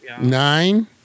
Nine